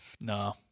No